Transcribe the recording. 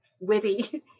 witty